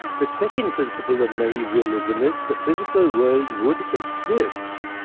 the second principle of naive realism is the physical world would exist